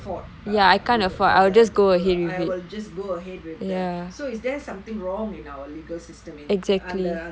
for I will just go ahead with the so is there something wrong in our legal system in அந்த அந்த:antha antha